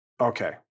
Okay